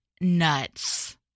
nuts